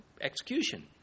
execution